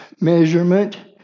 measurement